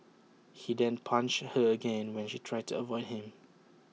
he then punched her again when she tried to avoid him